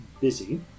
busy